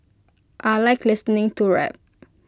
I Like listening to rap